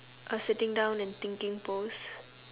a sitting down and thinking pose